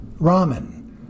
ramen